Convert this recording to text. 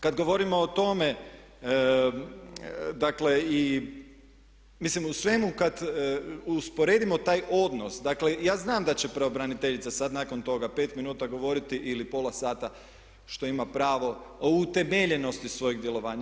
Kad govorimo o tome dakle i mislim u svemu kad usporedimo taj odnos, dakle ja znam da će pravobraniteljica sad nakon toga 5 minuta govoriti ili pola sata što ima pravo o utemeljenosti svojeg djelovanja.